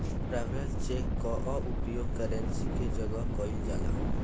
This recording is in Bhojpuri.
ट्रैवलर चेक कअ उपयोग करेंसी के जगही कईल जाला